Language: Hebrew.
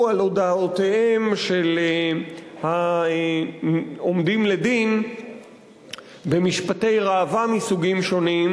על הודאותיהם של העומדים לדין במשפטי ראווה מסוגים שונים,